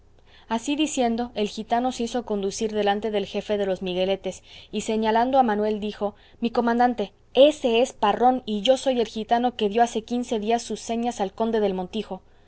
así diciendo el gitano se hizo conducir delante del jefe de los migueletes y señalando a manuel dijo mi comandante ése es parrón y yo soy el gitano que dió hace quince días sus señas al conde del montijo